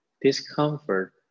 Discomfort